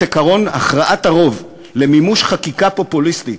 עקרון הכרעת הרוב למימוש חקיקה פופוליסטית